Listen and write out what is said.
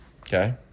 Okay